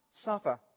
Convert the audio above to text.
suffer